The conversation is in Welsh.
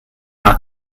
yma